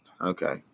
Okay